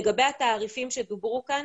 לגבי התעריפים שדוברו כאן,